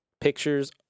pictures